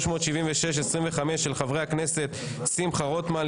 (פ/376/25 של חברי הכנסת שמחה רוטמן,